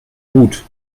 hut